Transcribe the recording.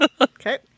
Okay